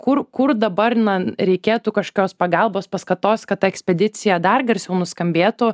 kur kur dabar na reikėtų kažkokios pagalbos paskatos kad ta ekspedicija dar garsiau nuskambėtų